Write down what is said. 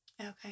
Okay